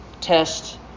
test